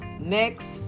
Next